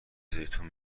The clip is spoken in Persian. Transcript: زیتون